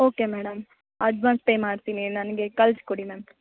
okay madam advance pay ಮಾಡ್ತೀನಿ ನನಗೆ ಕಳಿಸ್ಕೊಡಿ ಮ್ಯಾಮ್